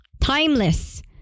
timeless